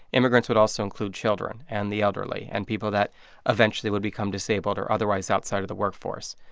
immigrants would also include children and the elderly and people that eventually would become disabled or otherwise outside of the workforce.